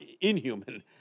inhuman